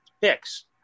picks